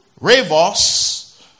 Ravos